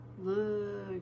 Look